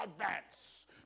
advance